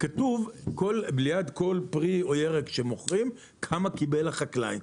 כתוב ליד כל פרי או ירק שמוכרים, כמה קיבל החקלאי.